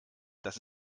dass